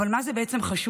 "אבל מה זה בעצם חשוב.